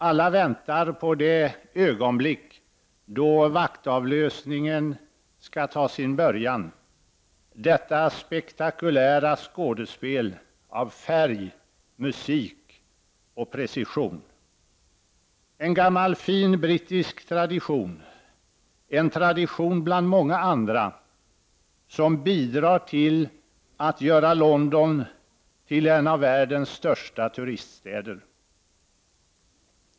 Alla väntar på det ögonblick då vaktavlösningen skall ta sin början, detta spektakulära skådespel av färg, musik och precision. En gammal fin brittisk tradition — en tradition bland många andra — som bidrar till att göra London till en av världens största turiststäder.